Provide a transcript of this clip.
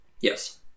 Yes